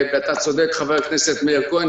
אתה צודק חבר הכנסת מאיר כהן,